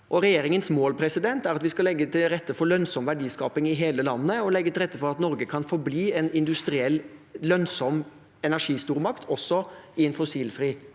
Regjeringens mål er at vi skal legge til rette for lønnsom verdiskaping i hele landet og for at Norge kan forbli en industriell, lønnsom energistormakt, også i en fossilfri